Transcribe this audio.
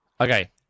okay